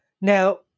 Now